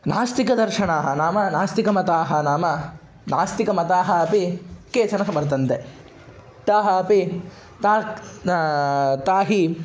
नास्तिकदर्शनानि नाम नास्तिकमताः नाम नास्तिकमताः अपि केचन समर्थन्ते ते अपि ताः ते हि